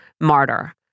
martyr